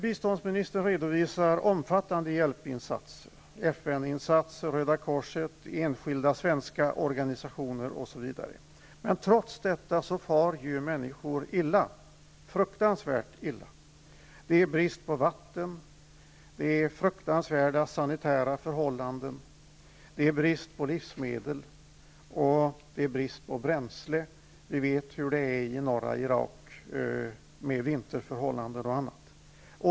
Biståndsministern redovisar omfattande hjälpinsatser, FN:s insatser, Röda korsets, enskilda svenska organisationers osv. Trots detta far ju människor illa, fruktansvärt illa. Det är brist på vatten, det är fruktansvärda sanitära förhållanden, det är brist på livsmedel och bränsle. Vi vet hur det är i norra Irak med vinterförhållanden och annat.